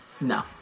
No